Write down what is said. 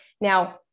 Now